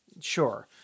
sure